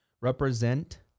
represent